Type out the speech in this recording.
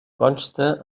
consta